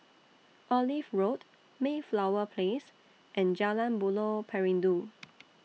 Olive Road Mayflower Place and Jalan Buloh Perindu